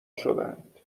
شدند